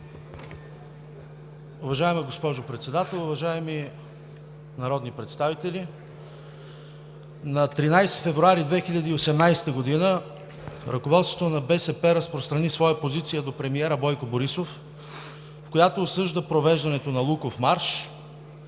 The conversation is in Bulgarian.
Уважаема госпожо Председател, уважаеми народни представители! На 13 февруари 2018 г. ръководството на БСП разпространи своя позиция до премиера Бойко Борисов, в която осъжда провеждането на Луковмарш.